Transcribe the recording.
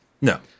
No